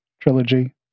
trilogy